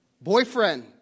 boyfriend